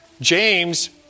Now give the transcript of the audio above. James